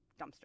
dumpster